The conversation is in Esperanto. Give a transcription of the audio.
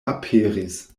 aperis